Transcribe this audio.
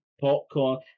popcorn